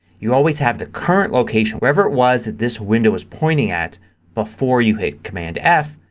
you always have the current location wherever it was that this window was pointing at before you hit command f,